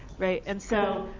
right? and so,